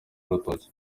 urutoki